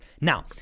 Now